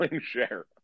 share